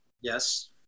Yes